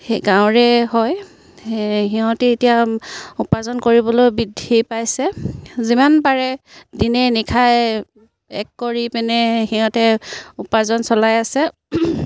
সেই গাঁৱৰে হয় সিহঁতে এতিয়া উপাৰ্জন কৰিবলৈ বৃদ্ধি পাইছে যিমান পাৰে দিনে নিশাই এক কৰি পিনে সিহঁতে উপাৰ্জন চলাই আছে